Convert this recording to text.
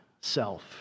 self